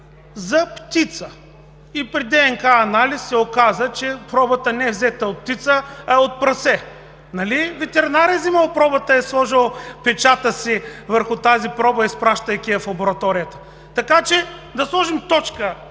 за птица и при ДНК анализа се оказа, че пробата не е взета от птица, а от прасе. Нали ветеринар е взимал пробата и е сложил печата си върху тази проба, изпращайки я в лабораторията? Така че да сложим точка